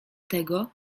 tego